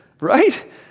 right